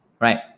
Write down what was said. Right